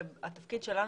והתפקיד שלנו,